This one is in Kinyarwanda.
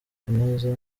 kunoza